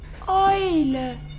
Eule